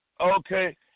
okay